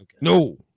No